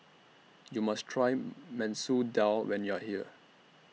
YOU must Try Masoor Dal when YOU Are here